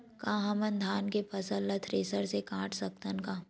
का हमन धान के फसल ला थ्रेसर से काट सकथन का?